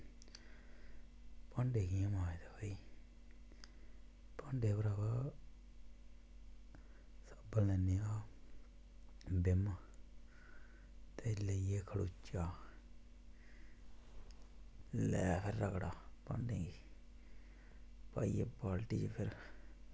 भांडे कियां मांजदे भई भांडे भ्रावा साबुन लैन्ने आं बिम ते लेइयै खड़ू़चा लै फिर रगड़ा भांडें गी पाइयै बाल्टियै गी फिर